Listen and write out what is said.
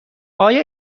آیا